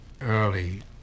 early